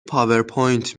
پاورپوینت